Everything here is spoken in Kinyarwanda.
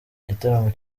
igitaramo